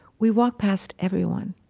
we walk past everyone.